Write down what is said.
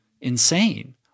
insane